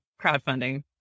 crowdfunding